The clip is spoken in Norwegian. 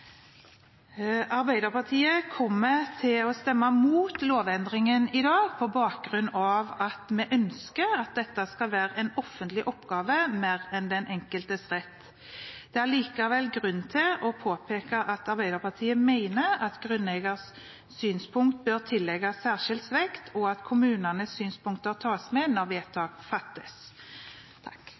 Arbeiderpartiet kommer til å stemme mot lovendringen i dag på bakgrunn av at vi ønsker at dette skal være en offentlig oppgave mer enn den enkeltes rett. Det er allikevel grunn til å påpeke at Arbeiderpartiet mener at grunneiers synspunkt bør tillegges særskilt vekt, og at kommunenes synspunkter tas med når vedtak fattes.